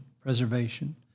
preservation